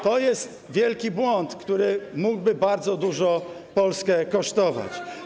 To jest wielki błąd, który mógłby bardzo dużo Polskę kosztować.